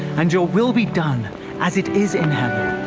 and your will be done as it is in heaven.